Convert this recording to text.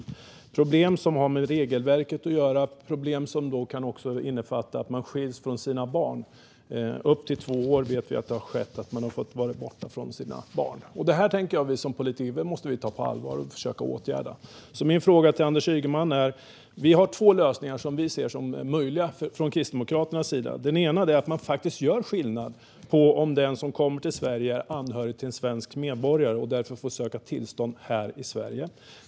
Det är problem som har med regelverket att göra och som kan göra att man skiljs från sina barn. Vi vet att det har skett att man skilts från sina barn i upp till två år. Detta måste vi politiker ta på allvar och åtgärda. Min fråga till Anders Ygeman gäller därför följande. Vi i Kristdemokraterna har två lösningar som vi ser som möjliga. Den ena är att man gör skillnad på om den som kommer till Sverige är anhörig till en svensk medborgare och därför får söka tillstånd här i Sverige.